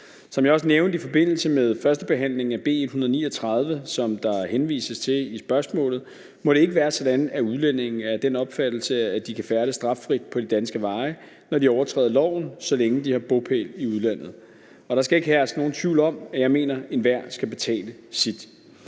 Som jeg også nævnte i forbindelse med førstebehandlingen af B 139, som der henvises til i spørgsmålet, må det ikke være sådan, at udlændinge er af den opfattelse, at de kan færdes straffrit på de danske veje, når de overtræder loven, så længe de har bopæl i udlandet. Der skal ikke herske nogen tvivl om, at jeg mener, at enhver skal betale sit.